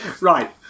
Right